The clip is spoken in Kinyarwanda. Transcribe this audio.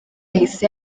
yahise